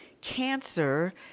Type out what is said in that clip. cancer